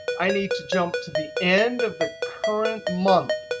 i need to jump to the end of the current month.